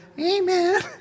amen